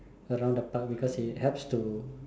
around the park because it helps to